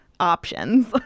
options